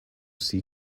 see